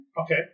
Okay